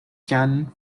cannon